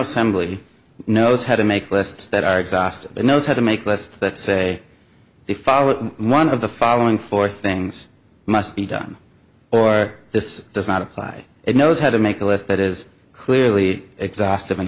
assembly knows how to make lists that are exhausted it knows how to make lists that say they follow one of the following four things must be done or this does not apply it knows how to make a list that is clearly exhaustive an